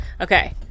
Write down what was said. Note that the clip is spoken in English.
Okay